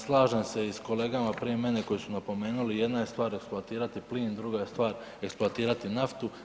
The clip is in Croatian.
Slažem se i s kolegama prije mene koji su napomenuli jedna je stvar eksploatirati plin, druga je stvar eksploatirati naftu.